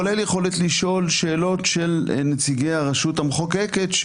כולל יכולת לשאול שאלות של נציגי הרשות המחוקקת,